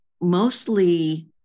mostly